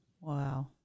Wow